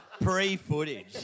Pre-footage